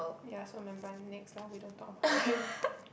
yeah so remember next lah we don't talk about it